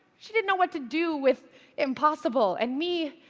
she didn't know what to do with impossible. and me?